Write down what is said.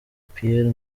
pierre